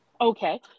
okay